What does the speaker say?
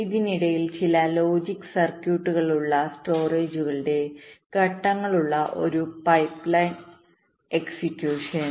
ഇതിനിടയിൽ ചില ലോജിക് സർക്യൂട്ടുകളുള്ളസ്റ്റോറേജുകളുടെ ഘട്ടങ്ങളുള്ള ഒരു പൈപ്പ്ലൈൻ എക്സിക്യൂഷൻ